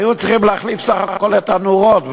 היו צריכים להחליף בסך הכול את הנורות,